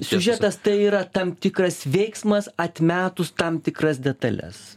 siužetas tai yra tam tikras veiksmas atmetus tam tikras detales